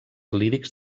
lírics